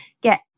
get